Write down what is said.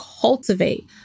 cultivate